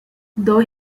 though